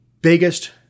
biggest